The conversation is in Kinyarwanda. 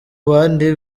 bandi